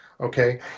okay